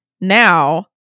now